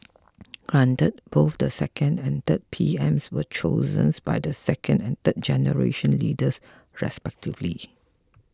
granted both the second and third P Ms were chosen by the second and third generation leaders respectively